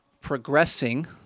progressing